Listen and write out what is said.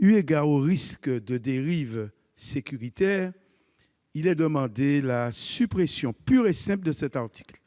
eu égard aux risques de dérives sécuritaires, nous demandons la suppression pure et simple de cet article.